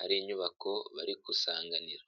hari inyubako bari gusanganira.